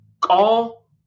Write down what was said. call